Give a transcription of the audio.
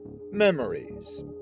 Memories